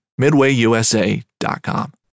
MidwayUSA.com